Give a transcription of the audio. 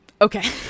Okay